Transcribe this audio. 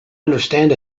understand